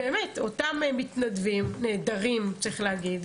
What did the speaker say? אותם מתנדבים נהדרים, צריך להגיד,